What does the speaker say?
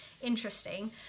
interesting